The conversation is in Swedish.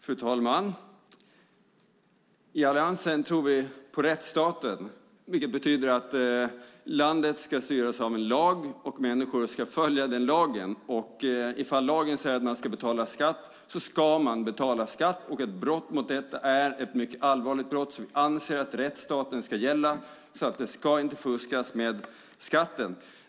Fru talman! I Alliansen tror vi på rättsstaten, vilket betyder att landet ska styras av en lag och att människor ska följa lagen, och ifall lagen säger att man ska betala skatt ska man betala skatt. Ett brott mot detta är ett mycket allvarligt brott. Vi anser att rättsstaten ska gälla, så det ska inte fuskas med skatten.